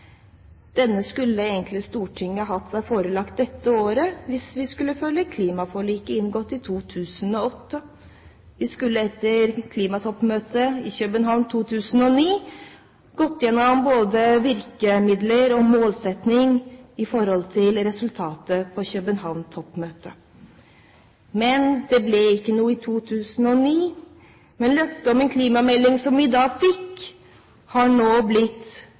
Denne skulle egentlig Stortinget hatt seg forelagt i dette året, hvis vi skulle følge klimaforliket inngått i 2008. Vi skulle, etter klimatoppmøtet i København i 2009, gått gjennom både virkemidler og målsettinger i forhold til resultatet fra København-toppmøtet. Det ble ikke noe i 2009. Men løftet om en klimamelding som vi da fikk, har nå blitt